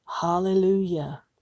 Hallelujah